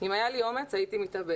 אם היה לי אומץ, הייתי מתאבדת.